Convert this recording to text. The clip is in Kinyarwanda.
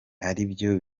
aribyo